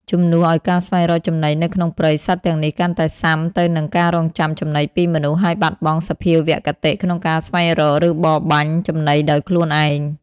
ជំនួសឱ្យការស្វែងរកចំណីនៅក្នុងព្រៃ សត្វទាំងនេះកាន់តែស៊ាំទៅនឹងការរង់ចាំចំណីពីមនុស្ស ហើយបាត់បង់សភាវគតិក្នុងការស្វែងរក ឬបរបាញ់ចំណីដោយខ្លួនឯង។